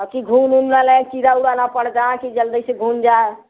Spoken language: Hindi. अबकी घुन उन ना लए कीड़ा उड़ा न पड़ जाए कि जल्दी से घुन जाए